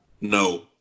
No